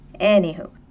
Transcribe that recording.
Anywho